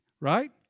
right